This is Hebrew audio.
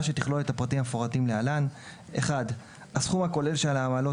שתכלול את הפרטים המפורטים להלן: הסכום הכולל של העמלות